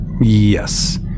yes